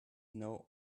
know